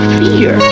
fear